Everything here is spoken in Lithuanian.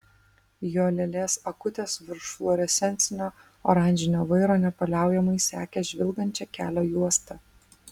jo lėlės akutės virš fluorescencinio oranžinio vairo nepaliaujamai sekė žvilgančią kelio juostą